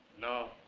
know